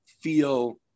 feel